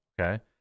okay